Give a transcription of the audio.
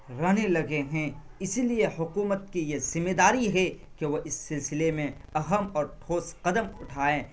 رہنے لگے ہیں اسی لیے حکومت کی یہ ذمہ داری ہے کہ وہ اس سلسلے میں اہم اور ٹھوس قدم اٹھائیں